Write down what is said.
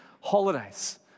holidays